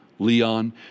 Leon